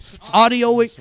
audio